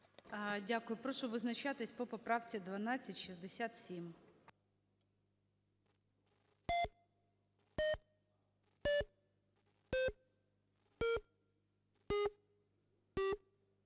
ласка, прошу визначатись по поправці 1265.